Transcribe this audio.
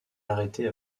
arrêtée